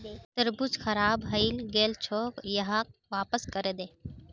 तरबूज खराब हइ गेल छोक, यहाक वापस करे दे